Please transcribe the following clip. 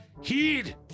Heed